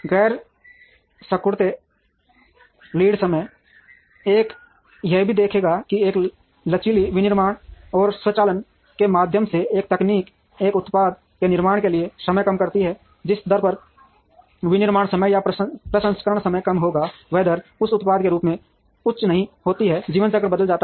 गैर सिकुड़ते लीड समय एक यह भी देखेगा कि एक लचीली विनिर्माण और स्वचालन के माध्यम से एक तकनीक एक उत्पाद के निर्माण के लिए समय कम करती है जिस दर पर विनिर्माण समय या प्रसंस्करण समय कम होता है वह दर उस उत्पाद के रूप में उच्च नहीं होती है जीवन चक्र बदल जाते हैं